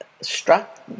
struck